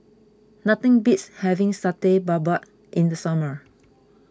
nothing beats having Satay Babat in the summer